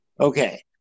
Okay